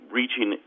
reaching